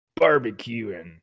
barbecuing